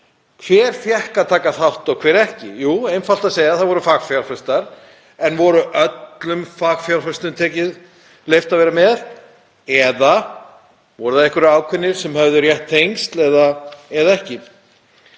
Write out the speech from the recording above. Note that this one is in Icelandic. Hver fékk að taka þátt og hver ekki? Jú, það er einfalt að segja að það voru fagfjárfestar, en var öllum fagfjárfestum leyft að vera með eða voru það einhverjir ákveðnir sem höfðu rétt tengsl? Þegar kom